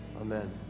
Amen